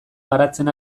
garatzen